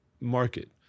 market